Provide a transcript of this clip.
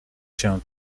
się